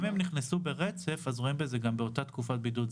אם הם נכנסו ברצף אז רואים בזה אותה תקופת בידוד.